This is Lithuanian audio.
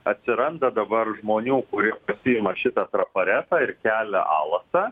atsiranda dabar žmonių kurie pasiima šitą trafaretą ir kelia alasą